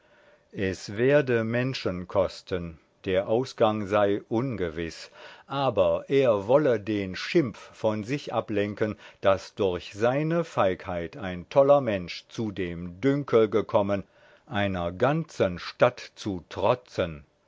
es werde menschen kosten der ausgang sei ungewiß aber er wolle den schimpf von sich ablenken daß durch seine feigheit ein toller mensch zu dem dünkel gekommen einer ganzen stadt zu trotzen